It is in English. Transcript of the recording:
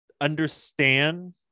understand